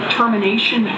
termination